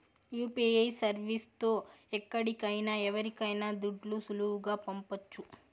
UPI service తో ఎక్కడికైనా ఎవరికైనా దుడ్లు సులువుగా పంపొచ్చు